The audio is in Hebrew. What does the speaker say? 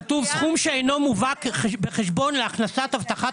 כתוב "סכום שאינו מובא בחשבון להכנסת הבטחת